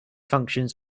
functions